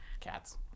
cats